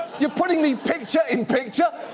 you're putting me picture-in-picture?